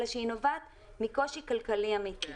אלא היא נובעת מקושי כלכלי אמיתי.